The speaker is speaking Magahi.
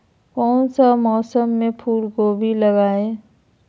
कौन सा मौसम में फूलगोभी लगाए?